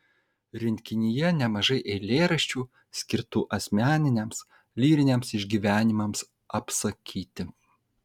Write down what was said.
rinkinyje nemažai eilėraščių skirtų asmeniniams lyriniams išgyvenimams apsakyti